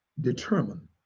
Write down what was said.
determine